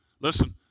Listen